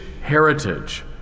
heritage